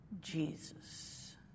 Jesus